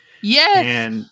Yes